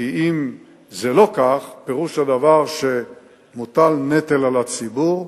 כי אם זה לא כך, פירוש הדבר שמוטל נטל על הציבור,